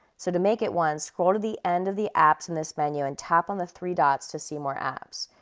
so to make it one, scroll to the end of the apps in this menu, and tap on the three dots to see more apps.